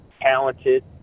talented